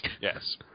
Yes